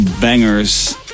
bangers